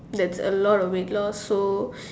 that's a lot of weight loss so